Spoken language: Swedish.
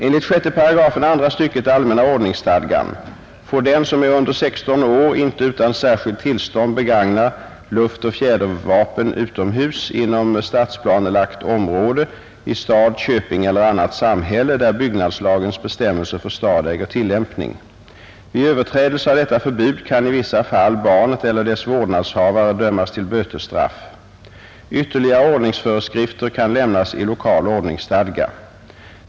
Enligt 6 § andra stycket allmänna ordningsstadgan får den som är under 16 år inte utan särskilt tillstånd begagna luftoch fjädervapen utomhus inom stadsplanelagt område i stad, köping eller annat samhälle, där byggnadslagens bestämmelser för stad äger tillämpning. Vid överträdelse av detta förbud kan i vissa fall barnet eller dess vårdnadshavare dömas till bötesstraff. Ytterligare ordningsföreskrifter kan lämnas i lokal ordningsstadga.